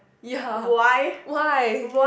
ya why why